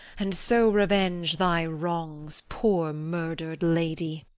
and so revenge thy wrongs, poor, murdered lady.